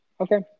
Okay